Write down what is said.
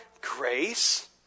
grace